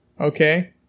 okay